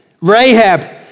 Rahab